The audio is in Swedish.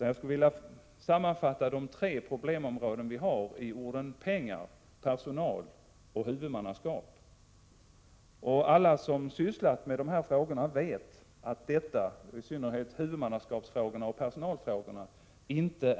Jag vill sammanfatta de tre problemområdena i orden pengar, personal och huvudmannaskap. Alla som har sysslat med dessa frågor vet att det inte är lätta frågor — i synnerhet inte huvudmannaskapsoch personalfrågorna.